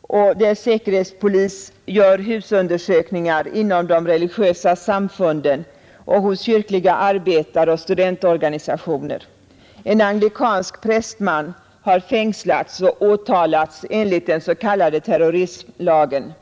och dess säkerhetspolis gör husundersökningar inom de religiösa samfunden och hos kyrkliga arbetaroch studentorganisationer. En anglikansk prästman har fängslats och åtalats enligt den s.k. terrorismlagen.